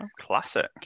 Classic